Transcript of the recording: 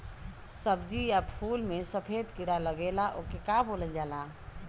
सब्ज़ी या फुल में सफेद कीड़ा लगेला ओके का बोलल जाला?